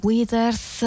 Withers